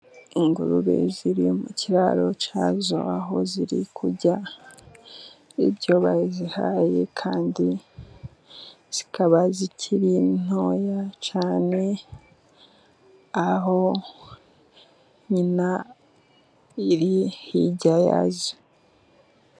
Ingurube ziri mu kiraro cyazo，aho ziri kurya ibyo bazihaye， kandi zikaba zikiri ntoya cyane， aho nyina iri hirya yazo.